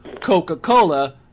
Coca-Cola